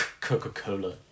Coca-Cola